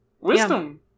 Wisdom